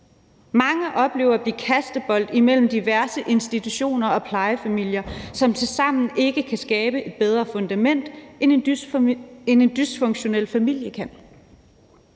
Mange oplever at blive kastebold imellem diverse institutioner og plejefamilier, som tilsammen ikke kan skabe et bedre fundament, end en dysfunktionel familie kan.